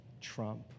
Trump